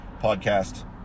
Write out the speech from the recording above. podcast